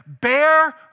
bear